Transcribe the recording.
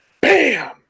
bam